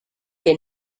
que